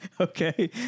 Okay